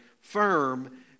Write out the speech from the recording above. firm